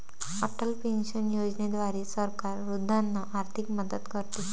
Atal pension योजनेद्वारे सरकार वृद्धांना आर्थिक मदत करते